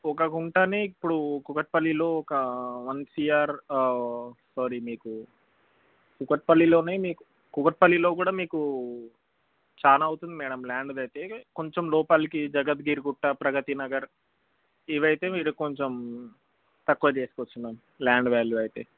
ఒక గుంటనే ఇప్పుడు కూకట్పల్లిలో ఒక వన్ సీ ఆర్ సారీ మీకు కూకట్పల్లిలోనే మీకు కూకట్పల్లిలో కూడా మీకు చాలా అవుతుంది మేడమ్ ల్యాండ్ అయితే కొంచెం లోపలికి జగద్గిరిగుట్ట ప్రగతి నగర్ ఇవి అయితే మీరు కొంచెం తక్కువ చేసుకోవచ్చు మ్యామ్ ల్యాండ్ వ్యాల్యూ అయితే